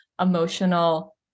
emotional